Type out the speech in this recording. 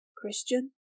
Christian